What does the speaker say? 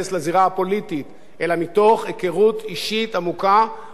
היכרות אישית עמוקה ומתוך ידע מקצועי שלהם,